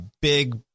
big